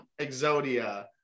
exodia